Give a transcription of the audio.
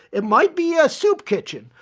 it might be a soup kitchen,